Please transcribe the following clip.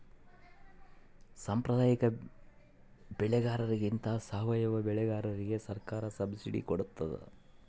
ಸಾಂಪ್ರದಾಯಿಕ ಬೆಳೆಗಾರರಿಗಿಂತ ಸಾವಯವ ಬೆಳೆಗಾರರಿಗೆ ಸರ್ಕಾರ ಸಬ್ಸಿಡಿ ಕೊಡ್ತಡ